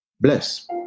Bless